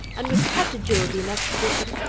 and with such agility and expedition,